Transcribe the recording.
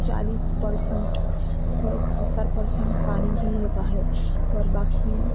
چالیس پرسنٹ یا ستر پرسنٹ پانی ہی ہوتا ہے اور باقی